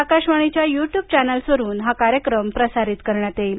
आकाशवाणीच्या YouTube चॅनल्सवरून हा कार्यक्रम प्रसारित करण्यात येणार आहे